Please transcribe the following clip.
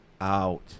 out